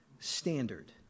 Standard